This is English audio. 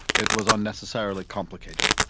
it was unnecessarily complicated.